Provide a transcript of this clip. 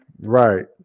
Right